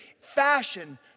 fashion